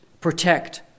protect